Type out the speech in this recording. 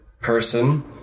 person